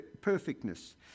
perfectness